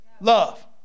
love